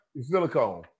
Silicone